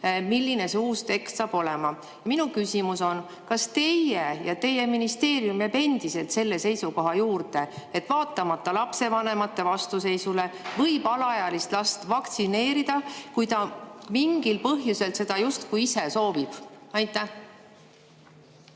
milline see uus tekst saab olema. Minu küsimus: kas teie jääte [koos oma] ministeeriumiga endiselt selle seisukoha juurde, et vaatamata lapsevanemate vastuseisule võib alaealist last vaktsineerida, kui ta mingil põhjusel seda justkui ise soovib? Aitäh,